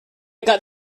got